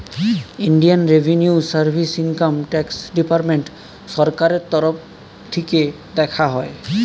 Indian revenue service income tax department সরকারের তরফ থিকে দেখা হয়